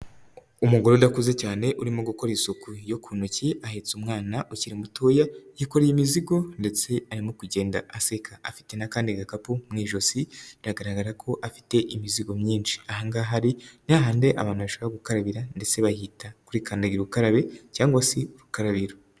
Umugore udakuze cyane urimo gukora isuku yo ku ntoki ahetse umwana ukiri mutoya, yikoreye imizigo ndetse arimo kugenda aseka afite n'akandi gakapu mu ijosi biragaragara ko afite imizigo myinshi. Ahangaha ari, ni hahandi abantu bashaka gukarabira ndetse bahita kuri kandagira ukarabe cyangwa se ku rukarabiro.